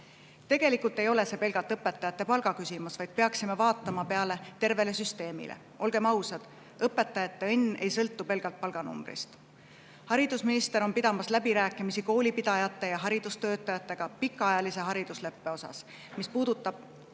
Tegelikult ei ole see pelgalt õpetajate palga küsimus, me peaksime vaatama tervet süsteemi. Olgem ausad, õpetajate õnn ei sõltu pelgalt palganumbrist. Haridusminister on pidamas läbirääkimisi koolipidajate ja haridustöötajatega pikaajalise haridusleppe üle, mis puudutab